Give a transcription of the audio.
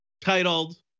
titled